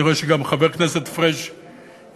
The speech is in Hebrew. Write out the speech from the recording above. אני רואה שגם חבר הכנסת פריג' הגיע,